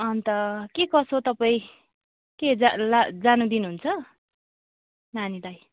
अन्त के कसो तपाईँ के जानु ला जानु दिनुहुन्छ नानीलाई